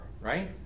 right